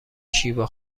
شیوا